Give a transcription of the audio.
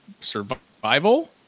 survival